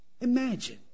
imagine